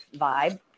vibe